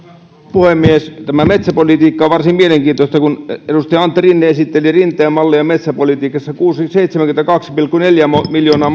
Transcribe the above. puhemies tämä metsäpolitiikka on varsin mielenkiintoista kun edustaja antti rinne esitteli rinteen mallia metsäpolitiikassa seitsemänkymmentäkaksi pilkku neljä miljoonaa